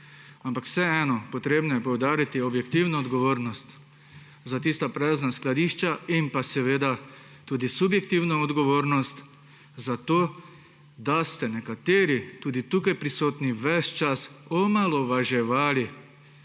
ampak vseeno potrebno je poudariti objektivno odgovornost za tista prazna skladišča in tudi subjektivno odgovornost zato, da ste nekateri, tudi tukaj prisotni, ves čas omalovaževali